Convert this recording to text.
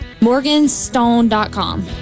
morganstone.com